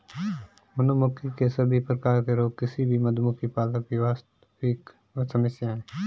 मधुमक्खी के सभी प्रकार के रोग किसी भी मधुमक्खी पालक की वास्तविक समस्या है